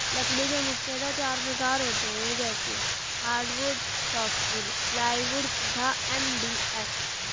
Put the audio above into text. लकड़ी के मुख्यतः चार प्रकार होते हैं जैसे हार्डवुड, सॉफ्टवुड, प्लाईवुड तथा एम.डी.एफ